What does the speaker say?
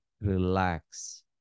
relax